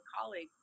colleague